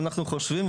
אנחנו חושבים,